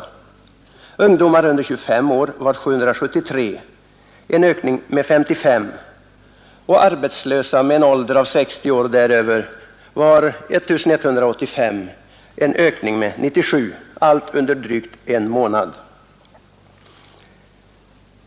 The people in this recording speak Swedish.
Arbetslösa ungdomar under 25 år var 773, en ökning med 55, och arbetslösa med en ålder av 60 år och däröver var 1 185, en ökning med 97 — allt under drygt en månad.